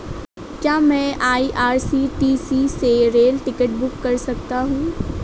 क्या मैं आई.आर.सी.टी.सी से रेल टिकट बुक कर सकता हूँ?